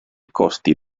costi